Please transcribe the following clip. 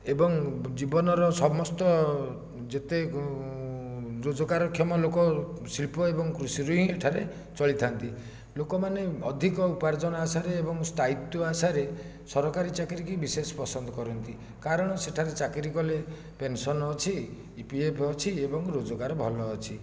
ଏବଂ ଜୀବନର ସମସ୍ତ ଯେତେ ରୋଜଗାର କ୍ଷମ ଲୋକ ଶିଳ୍ପ ଏବଂ କୃଷିରୁ ହିଁ ଏଠାରେ ଚଳିଥାନ୍ତି ଲୋକମାନେ ଅଧିକ ଉପାର୍ଜନା ଆଶାରେ ଏବଂ ସ୍ଥାୟୀତ୍ବ ଆଶାରେ ସରକାରୀ ଚାକିରିକୁ ବିଶେଷ ପସନ୍ଦ କରନ୍ତି କାରଣ ସେଠାରେ ଚାକିରି କଲେ ପେନସନ ଅଛି ଇ ପି ଏଫ୍ ଅଛି ଏବଂ ରୋଜଗାର ଭଲ ଅଛି